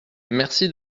merci